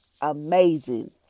amazing